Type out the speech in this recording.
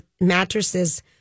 mattresses